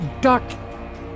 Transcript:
duck